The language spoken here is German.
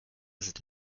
sind